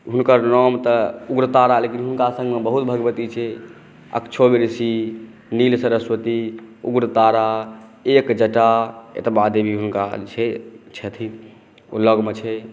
हुनकर नाम तऽ उग्रतारा लेकिन हुनका संगमे बहुत भगवती छै अक्षोप ऋषि नील सरस्वती उग्रतारा एकजटा एतबा देवी हुनका छै छथिन ओ लगमे छै